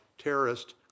terrorist